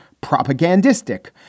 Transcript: propagandistic